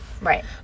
Right